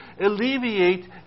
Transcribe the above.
alleviate